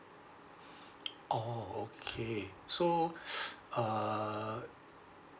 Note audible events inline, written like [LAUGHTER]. [BREATH] oh okay so [NOISE] uh